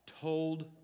Told